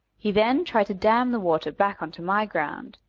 he then tried to dam the water back on to my ground,